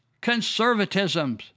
conservatism